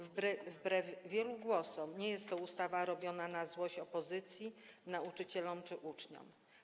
Wbrew wielu głosom nie jest to ustawa robiona na złość opozycji, nauczycielom czy uczniom.